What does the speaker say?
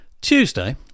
Tuesday